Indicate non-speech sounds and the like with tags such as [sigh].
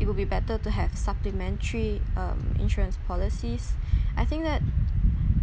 it would be better to have supplementary um insurance policies [breath] I think that